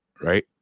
right